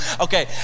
Okay